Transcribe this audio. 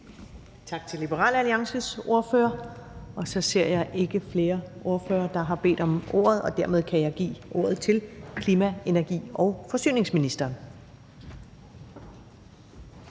Tak til Liberal Alliances ordfører. Så ser jeg ikke flere ordførere, der har bedt om ordet, og dermed kan jeg give ordet til klima-, energi- og forsyningsministeren.